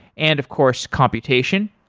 and of course, computation.